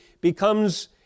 becomes